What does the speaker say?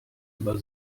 über